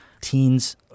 teens